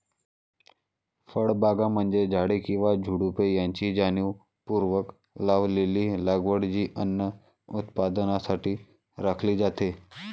फळबागा म्हणजे झाडे किंवा झुडुपे यांची जाणीवपूर्वक लावलेली लागवड जी अन्न उत्पादनासाठी राखली जाते